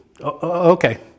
Okay